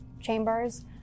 chambers